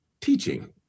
teaching